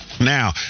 Now